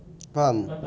faham